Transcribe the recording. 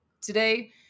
today